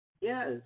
Yes